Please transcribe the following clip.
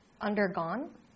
Undergone